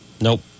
Nope